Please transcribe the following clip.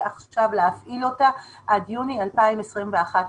עכשיו להפעיל אותה עד יוני 2021 ברצף.